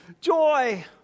Joy